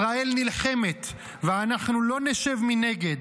ישראל נלחמת ואנחנו לא נשב מנגד.